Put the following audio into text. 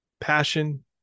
passion